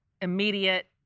immediate